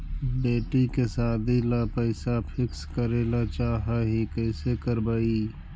बेटि के सादी ल पैसा फिक्स करे ल चाह ही कैसे करबइ?